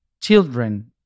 children